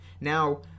now